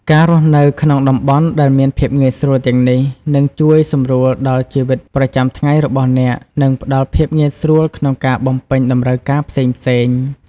ការរស់នៅក្នុងតំបន់ដែលមានភាពងាយស្រួលទាំងនេះ នឹងជួយសម្រួលដល់ជីវិតប្រចាំថ្ងៃរបស់អ្នក និងផ្ដល់ភាពងាយស្រួលក្នុងការបំពេញតម្រូវការផ្សេងៗ។